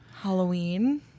Halloween